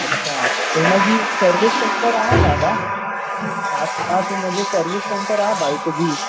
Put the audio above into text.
अच्छा पोइ हुन जी सर्विस सैंटर आहे दादा आसपास हुन जी सर्विस सैंटर आहे बाइक जी